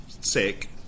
sick